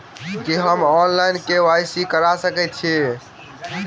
की हम online, KYC करा सकैत छी?